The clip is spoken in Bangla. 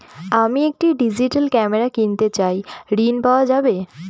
আমি একটি ডিজিটাল ক্যামেরা কিনতে চাই ঝণ পাওয়া যাবে?